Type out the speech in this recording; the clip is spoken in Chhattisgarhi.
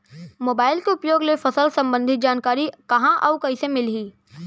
मोबाइल के उपयोग ले फसल सम्बन्धी जानकारी कहाँ अऊ कइसे मिलही?